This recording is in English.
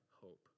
hope